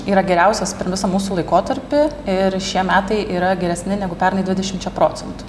yra geriausias per visą mūsų laikotarpį ir šie metai yra geresni negu pernai dvidešimčia procentų